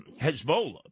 Hezbollah